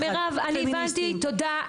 מירב אני הבנתי תודה.